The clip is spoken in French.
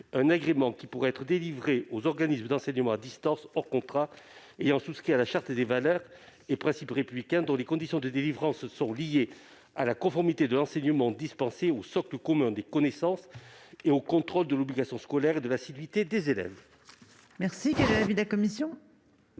un agrément, qui pourra être délivré aux organismes d'enseignement à distance hors contrat ayant souscrit à la charte des valeurs et principes républicains, dont les conditions de délivrance seront liées à la conformité de l'enseignement dispensé au socle commun des connaissances ainsi qu'au contrôle de l'obligation scolaire et de l'assiduité des élèves. Quel est l'avis de la commission